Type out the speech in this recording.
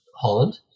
Holland